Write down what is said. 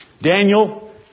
Daniel